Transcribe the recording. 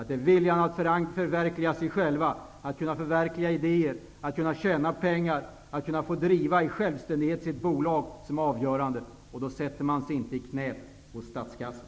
De vet att det avgörande är viljan att förverkliga sig själva, att kunna förverkliga idéer, att kunna tjäna pengar och att i självständighet kunna driva sitt bolag. Då sätter man sig inte i knät hos statskassan.